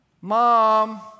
Mom